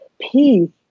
peace